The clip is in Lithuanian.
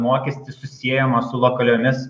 mokestis susiejamas su lokaliomis